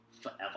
forever